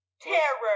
Terror